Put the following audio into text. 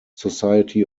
society